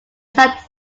sat